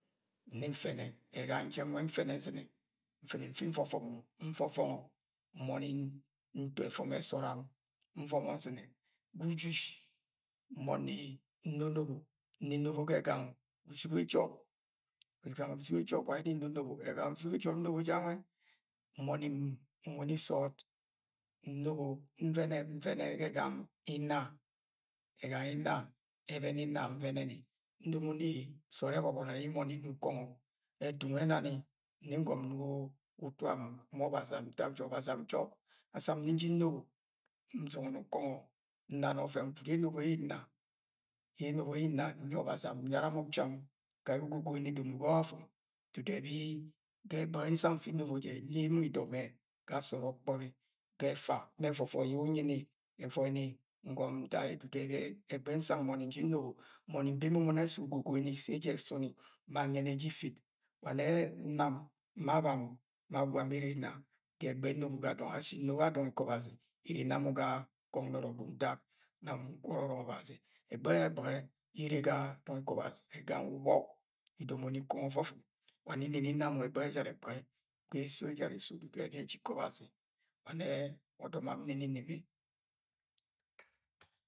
Nni nfẹnẹ. Ga ẹganyang jeng yẹ nfẹnẹ nz̵ine, nfuni nfi nvọvọngọ. Nvọvọng nbọni nto ẹvọmọ sọọd am. Nvọmọ nz̵ine ga ujiji nmọni nno̱nobo. Nni nnọbọ ga ẹganyang uzuge jọp. E̱ganyang uzugejọp wa yẹ nni nnonobo. E̱ganyang uzuge jọp nnobo jẹ gangẹ Nvẹnẹ ga ẹganyang inna. E̱ganyang inna ẹbẹnẹ inna nvẹnẹni. Ndomo ni sọọd ẹbọbọnọ ye̱ nbọni nwa ukọngọ. Wa ẹtu ẹna ni nni ngọm inugo utuam ma Ọbaziam ntak ja Ọbaziam njọk. Dasam nbọni nni nji nnobo ns̵inge̱ni ukọngọ, nnani ọvẹn gwud yẹ enobo yẹ nna, ye̱ enobo ye nna nyi O̱baziam. Nyara mo̱ cham! Ga yẹ ugogoi ni domo ga ọvọvọm dudu ẹbi ga ẹgbẹghẹ yẹ nsang nfi nnobo jẹ. Nyi mọ idọmẹ ga sọọd ọkpọri, ga ẹfa ma ẹvọvọi yẹ unyini ẹvọini ngọm nda dudu ẹbi ẹgbẹghẹ yẹ nsang mọni nji nnobo. Nbọni nbeme mọ nnẹ sẹ ugogoi se eje ẹsuni, ma nyẹnẹ eje ifit. Wa nnẹ nam, ma bam ma gwam iri inna ga e̱gbẹghẹ y̱e̱ nnobo ga dọng ashi nnobo aga dọng ikọ O̱bazi ivi inna mo ga kọng nọrọ gwud ntak nam wa ukwọrọ ọrọk Ọbazi Ẹgbẹghẹ ẹjara ẹgbẹghẹ yẹ ire ga dọng ikọ Ọbazi, e̱ganyang ubọk, idomoni ukọngo̱ ọvọvọm. Wa ne̱ nne nni nna mọ ẹgbẹghẹ ẹjara ẹgbẹghẹ, ga eso ẹjara eso ikọ O̱bazi. Wa nẹ o̱do̱mam nne nni nneme.